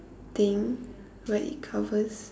thing where it covers